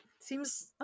Seems